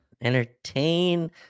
Entertain